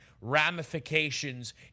ramifications